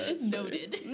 Noted